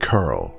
Carl